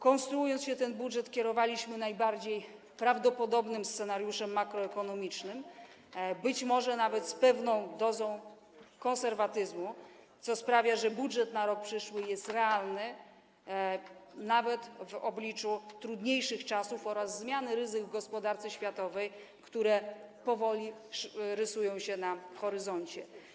Konstruując ten budżet, kierowaliśmy się najbardziej prawdopodobnym scenariuszem makroekonomicznym, być może nawet z pewną dozą konserwatyzmu, co sprawia, że budżet na rok przyszły jest realny, nawet w obliczu trudniejszych czasów oraz zmian, ryzyk w gospodarce światowej, które powoli rysują się na horyzoncie.